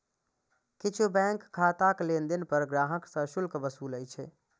किछु बैंक खाताक लेनदेन पर ग्राहक सं शुल्क वसूलै छै